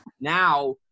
now